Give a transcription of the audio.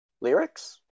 lyrics